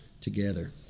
together